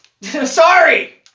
sorry